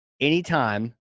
anytime